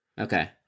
Okay